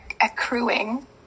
accruing